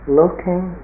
looking